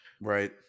Right